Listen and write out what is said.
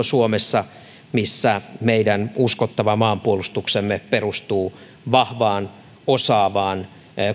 suomessa missä meidän uskottava maanpuolustuksemme perustuu vahvaan osaavaan